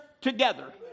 together